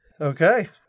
Okay